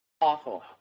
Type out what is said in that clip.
awful